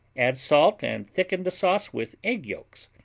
add salt and thicken the sauce with egg yolks,